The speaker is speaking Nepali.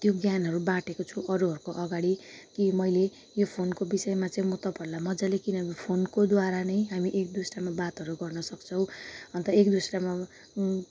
त्यो ज्ञानहरू बाँडेको छु अरूहरूको अगाडि कि मैले यो फोनको विषयमा चाहिँ म तपाईँहरूलाई मजाले किनभने फोनकोद्वारा नै हामी एकदोस्रा बातहरू गर्नसक्छौँ अन्त एकदोस्रामा